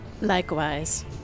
Likewise